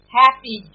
happy